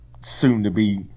soon-to-be